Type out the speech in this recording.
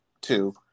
two